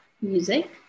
music